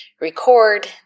record